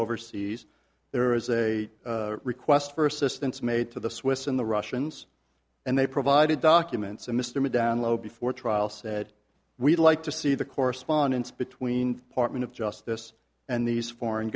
overseas there is a request for assistance made to the swiss and the russians and they provided documents a mystery download before trial said we'd like to see the correspondence between apartment of justice and these foreign